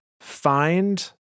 find